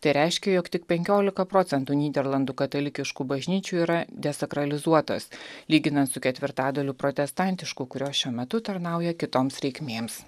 tai reiškia jog tik penkiolika procentų nyderlandų katalikiškų bažnyčių yra desakralizuotos lyginant su ketvirtadaliu protestantiškų kurios šiuo metu tarnauja kitoms reikmėms